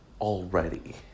already